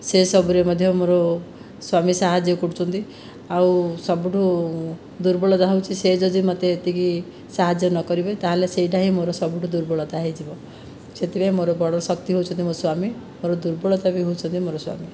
ସେ ସବୁରେ ମଧ୍ୟ ମୋ'ର ସ୍ଵାମୀ ସାହାଯ୍ୟ କରୁଛନ୍ତି ଆଉ ସବୁଠୁ ଦୁର୍ବଳତା ହେଉଛି ସେ ଯଦି ମତେ ଏତିକି ସାହାଯ୍ୟ ନ କରିବେ ତା'ହେଲେ ସେଇଟା ହିଁ ମୋ'ର ସବୁଠୁ ଦୁର୍ବଳତା ହୋଇଯିବ ସେଥିପାଇଁ ମୋ'ର ବଡ଼ ଶକ୍ତି ହେଉଛନ୍ତି ମୋ'ର ସ୍ଵାମୀ ମୋର ଦୁର୍ବଳତା ବି ହେଉଛନ୍ତି ମୋ'ର ସ୍ଵାମୀ